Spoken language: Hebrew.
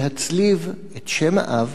להצליב את שם האב